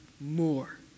more